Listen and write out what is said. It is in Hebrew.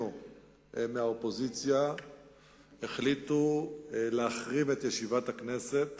מהאופוזיציה החליטו להחרים את ישיבת הכנסת